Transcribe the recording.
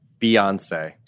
Beyonce